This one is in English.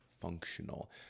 Functional